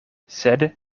sed